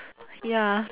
ya